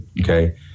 Okay